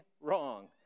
wrong